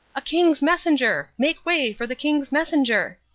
a king's messenger! make way for the king's messenger!